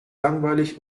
langweilig